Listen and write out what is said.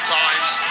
times